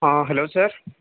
ہاں ہیلو سر